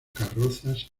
carrozas